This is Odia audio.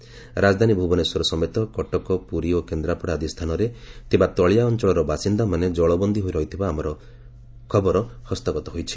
ରାକଧାନୀ ଭୁବନେଶ୍ୱର ସମେତ କଟକ ପୁରୀ ଓ କେନ୍ଦ୍ରାପଡ଼ା ଆଦି ସ୍କାନରେ ଥିବା ତଳିଆ ଅଞ୍ଚଳର ବାସିନ୍ଦାମାନେ ଜଳବନ୍ଦୀ ହୋଇ ରହିଥିବା ଖବର ଆମର ହସ୍ତଗତ ହୋଇଛି